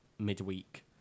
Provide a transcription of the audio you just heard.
midweek